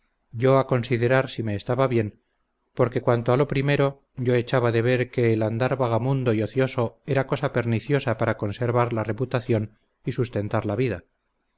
yo a considerar si me estaba bien porque cuanto a lo primero yo echaba de ver que el andar vagamundo y ocioso era cosa perniciosa para conservar la reputación y sustentar la vida